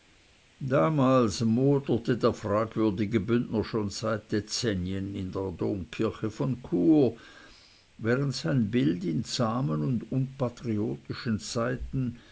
damals moderte der fragwürdige bündner schon seit dezennien in der domkirche von chur während sein bild in zahmen und unpatriotischen zeiten